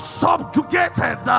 subjugated